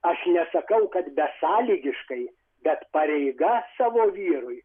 aš nesakau kad besąlygiškai bet pareiga savo vyrui